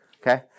Okay